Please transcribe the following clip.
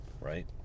right